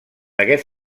aquest